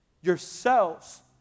yourselves